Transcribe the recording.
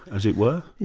as it were?